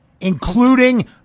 including